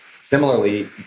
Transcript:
similarly